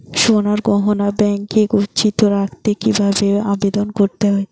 সোনার গহনা ব্যাংকে গচ্ছিত রাখতে কি ভাবে আবেদন করতে হয়?